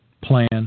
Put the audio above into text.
plan